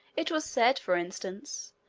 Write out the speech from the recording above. it was said, for instance,